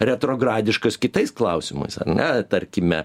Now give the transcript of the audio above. retrogradiškas kitais klausimais ar ne tarkime